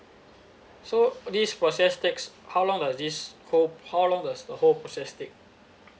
so this process takes how long does this whole how long does the whole process take